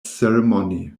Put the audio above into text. ceremony